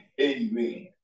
Amen